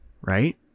right